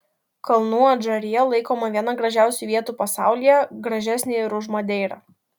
kalnų adžarija laikoma viena gražiausių vietų pasaulyje gražesnė ir už madeirą